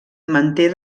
manté